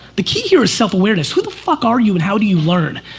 the key here is self awareness. who the fuck are you and how do you learn?